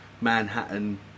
Manhattan